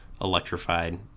electrified